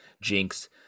Jinx